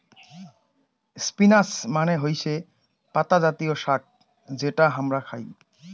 spinach মানে হৈসে পাতা জাতীয় শাক যেটা হামরা খাই